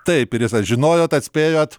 taip irisas žinojot atspėjot